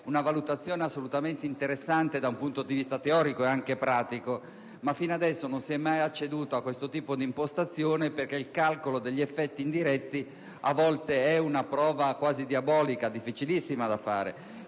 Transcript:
una valutazione assolutamente interessante da un punto di vista teorico e anche pratico, ma fino ad ora non si è mai acceduto a questo tipo di impostazione, perché il calcolo degli effetti indiretti è a volte una prova quasi diabolica, essendo difficilissimo da fare.